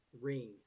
Ring